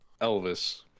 Elvis